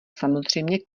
samozřejmě